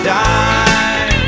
die